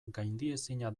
gaindiezina